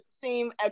seem